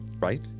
right